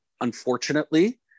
Unfortunately